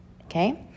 okay